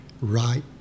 right